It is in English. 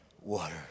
water